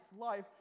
life